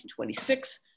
1926